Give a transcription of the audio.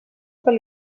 pel